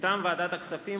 מטעם ועדת הכספים,